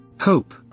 Hope